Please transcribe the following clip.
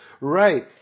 Right